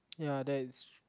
ya that is